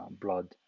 blood